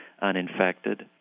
uninfected